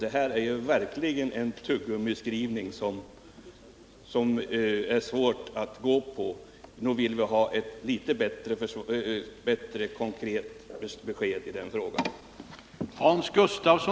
Det här är verkligen en tuggummiskrivning som det är svårt att gå med på — vi vill ha ett litet bättre och mer konkret besked i den frågan!